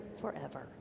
forever